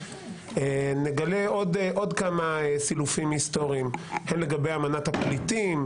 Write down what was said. נגלה עוד כמה סילופים היסטוריים הן לגבי אמנת הפליטים,